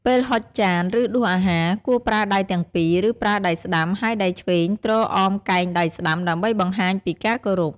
ពេលហុចចាន ឬដួសអាហារ គួរប្រើដៃទាំងពីរ ឬប្រើដៃស្តាំហើយដៃឆ្វេងទ្រអមកែងដៃស្តាំ ដើម្បីបង្ហាញពីការគោរព។